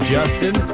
Justin